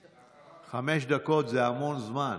חמש דקות זה המון זמן,